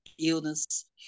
illness